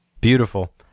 Beautiful